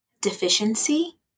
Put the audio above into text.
deficiency